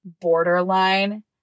borderline